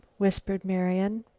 whispered marian.